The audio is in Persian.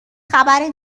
خبر